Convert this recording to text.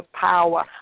power